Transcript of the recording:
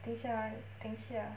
等一下 ah 等一下